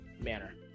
manner